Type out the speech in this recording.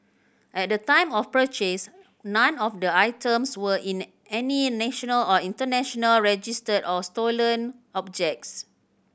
at the time of purchase none of the items were in any national or international register of stolen objects